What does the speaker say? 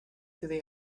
through